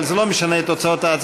אבל זה לא משנה את תוצאת ההצבעה.